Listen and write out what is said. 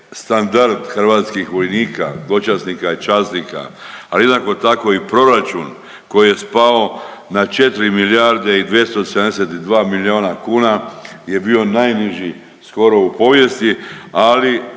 standard hrvatskih vojnika, dočasnika, časnika, ali jednako tako i proračun koji je spao na 4 milijarde i 272 milijuna kuna je bio najniži skoro u povijesti, ali